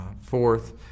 Fourth